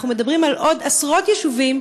אנחנו מדברים על עוד עשרות יישובים